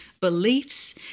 beliefs